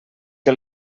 que